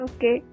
Okay